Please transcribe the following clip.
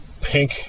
pink